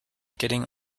getting